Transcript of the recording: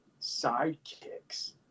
sidekicks